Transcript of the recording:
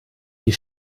die